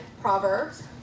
Proverbs